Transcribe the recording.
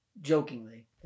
jokingly